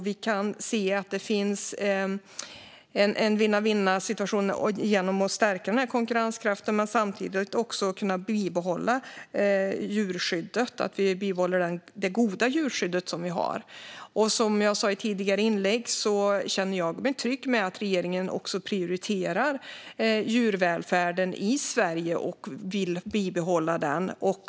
Vi kan se att det finns en vinn-vinnsituation i att stärka konkurrenskraften men samtidigt kunna bibehålla det goda djurskydd som vi har. Som jag sa i tidigare inlägg känner jag mig trygg med att regeringen prioriterar djurvälfärden i Sverige och vill bibehålla den.